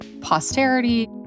posterity